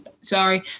sorry